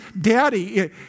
Daddy